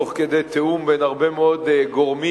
תוך כדי תיאום בין הרבה מאוד גורמים